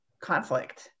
conflict